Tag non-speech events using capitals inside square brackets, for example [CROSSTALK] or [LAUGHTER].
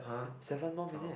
[NOISE] seven more minute